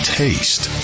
taste